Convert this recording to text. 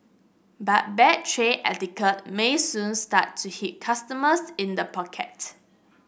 but bad tray etiquette may soon start to hit customers in the pocket